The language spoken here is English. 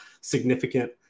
significant